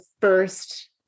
first